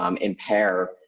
impair